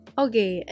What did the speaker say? okay